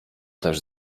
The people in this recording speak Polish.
też